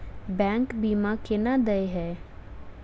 Bank बीमा केना देय है?